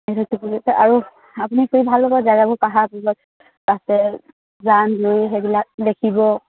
আৰু আপুনি ফুৰি ভাল পাব জেগাবোৰ পাহাৰ পৰ্বত আছে জান জুৰি সেইবিলাক দেখিব